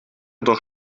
doch